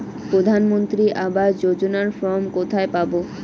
প্রধান মন্ত্রী আবাস যোজনার ফর্ম কোথায় পাব?